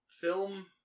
film